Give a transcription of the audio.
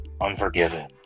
Unforgiven